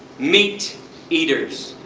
meat eaters.